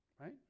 right